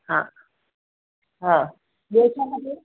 हा हा ॿियो छा खपेव